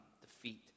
defeat